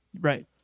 Right